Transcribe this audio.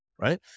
right